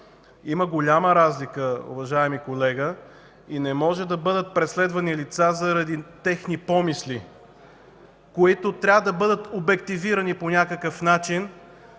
Има голяма разлика, уважаеми колега, и не могат да бъдат преследвани лица, заради техни помисли, които трябва да бъдат обективирани по някакъв начин,